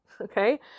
okay